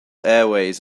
airways